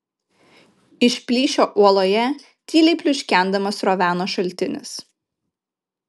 iš plyšio uoloje tyliai pliuškendamas sroveno šaltinis